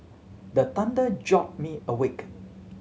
the thunder jolt me awake